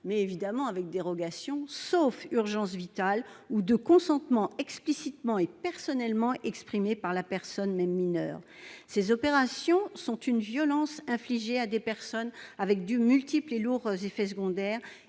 avec, évidemment, des dérogations : en cas d'urgence vitale ou de consentement explicitement et personnellement exprimé par la personne, même mineure. Ces opérations constituent une violence infligée à des personnes et elles ont des effets secondaires